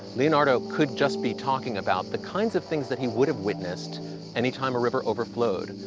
leonardo could just be talking about the kinds of things that he would have witnessed anytime a river overflowed.